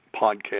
podcast